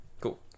Cool